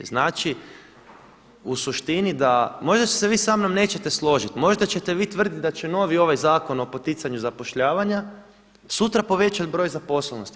Znači u suštini da, možda se vi sa mnom nećete složiti, možda ćete vi tvrditi da će novi ovaj Zakon o poticanju zapošljavanja sutra povećati broj zaposlenosti.